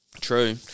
True